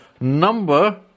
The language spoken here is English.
number